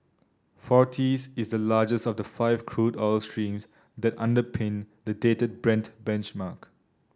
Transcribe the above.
forties is the largest of the five crude oil streams that underpin the dated Brent benchmark